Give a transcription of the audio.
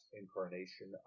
incarnation